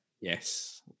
Yes